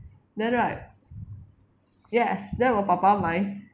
then right